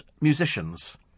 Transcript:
musicians